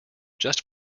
just